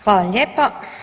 Hvala lijepa.